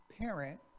parent